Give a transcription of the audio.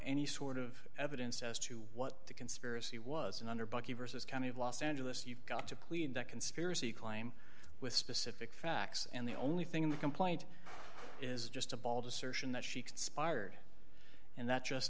any sort of evidence as to what the conspiracy was and under bucky versus county of los angeles you've got to clean that conspiracy claim with specific facts and the only thing in the complaint is just a bald assertion that she conspired and that just